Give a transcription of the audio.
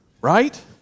right